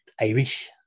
Irish